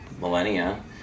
millennia